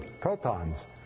protons